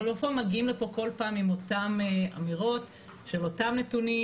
אבל בפועל מגיעים לפה כל פעם עם אותן אמירות של אותם נתונים,